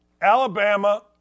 Alabama